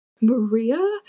Maria